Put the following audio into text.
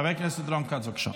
החברות של יש